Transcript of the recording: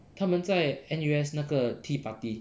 他们在 N_U_S 那个 TeaParty